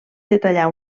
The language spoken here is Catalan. detallar